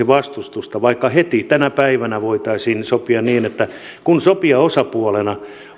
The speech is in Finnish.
vastustusta vaikka heti tänä päivänä sopia niin että kun sopijaosapuolena